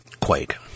Quake